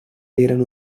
eren